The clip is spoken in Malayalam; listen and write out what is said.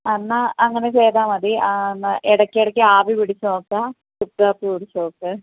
എന്നാൽ അങ്ങനെ ചെയ്താ മതി ഇടയ്ക്കിടക്ക് ആവി പിടിച്ച് നോക്കുക ചുക്ക് കാപ്പി കുടിച്ച് നോക്ക്